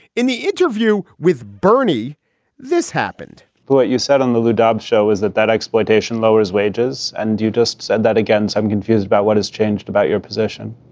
in the interview with bernie this happened what you said on the lou dobbs show is that that exploitation lowers wages. and you just said that again. i'm confused about what has changed about your position.